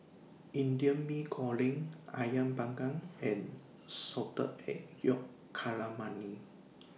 Indian Mee Goreng Ayam Panggang and Salted Egg Yolk Calamari